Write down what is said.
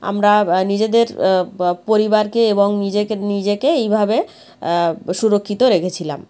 আমরা নিজেদের বা পরিবারকে এবং নিজেকে নিজেকে এইভাবে সুরক্ষিত রেখেছিলাম